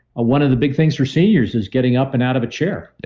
one of the big things for seniors is getting up and out of a chair,